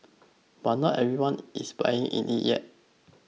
but not everyone is buying in it yet